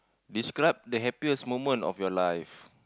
describe the happiest moment of your life